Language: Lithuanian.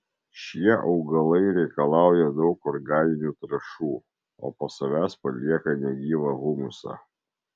šie augalai reikalauja daug organinių trąšų o po savęs palieka negyvą humusą